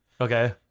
Okay